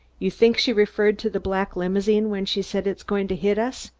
you think she referred to the black limousine when she said, it's going to hit us?